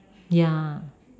ya